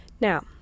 Now